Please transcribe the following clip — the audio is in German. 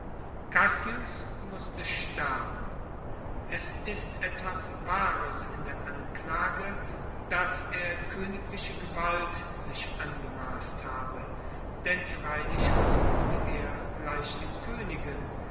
cassius musste sterben es ist etwas wahres in der anklage dass er koenigliche gewalt sich angemasst habe denn freilich versuchte er gleich den koenigen